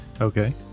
Okay